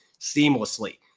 seamlessly